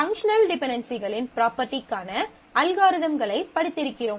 functional டிபென்டென்சிகளின் ப்ராப்பர்டிக்கான அல்காரிதம்களை படித்திருக்கிறோம்